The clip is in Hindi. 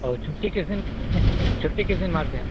औ छुट्टी किस दिन एंह छुट्टी किस दिन मारते हैं